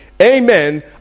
Amen